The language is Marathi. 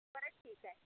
बरं ठीक आहे